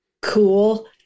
cool